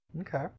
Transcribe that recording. Okay